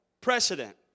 precedent